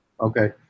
okay